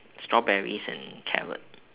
strawberries and carrot